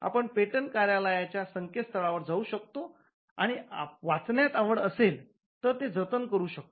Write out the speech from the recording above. आपण पेटंट कार्यालयाच्या संकेतस्थळावर जाऊ शकतो आणि वाचण्यात आवड असेल तर ते जतन करू शकतो